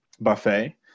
buffet